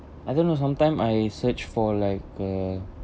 I don't know sometime I search for like uh